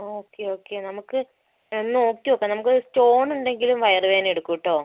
okay okay നമുക്ക് ഒന്ന് നോക്കി നോക്കാം നമുക്ക് സ്റ്റോണുണ്ടെങ്കിലും വയർ വേദന എടുക്കൂട്ടോ